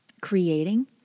creating